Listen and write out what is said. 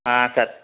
ಹಾಂ ಸರ್